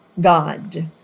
God